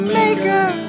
maker